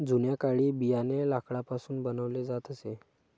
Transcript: जुन्या काळी बियाणे लाकडापासून बनवले जात असे